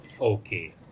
Okay